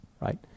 right